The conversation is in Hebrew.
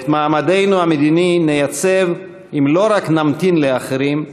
את מעמדנו המדיני נייצב אם לא רק נמתין לאחרים,